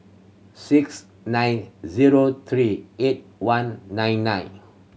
six nine zero three eight one nine nine